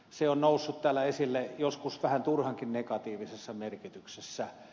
se on noussut täällä esille joskus vähän turhankin negatiivisessa merkityksessä